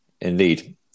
Indeed